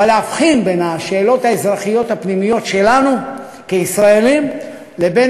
אבל להבחין בין השאלות האזרחיות הפנימיות שלנו כישראלים לבין